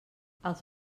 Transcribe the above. els